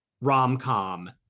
rom-com